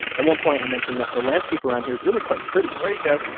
at one point, i mentioned that the landscape around here is really quite pretty there you go.